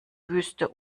wüste